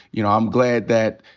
you know, i'm glad that,